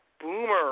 Boomer